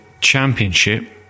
championship